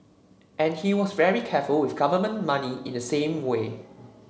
and he was very careful with government money in the same way